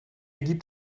gibt